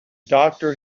doctor